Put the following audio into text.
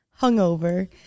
hungover